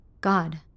God